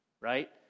right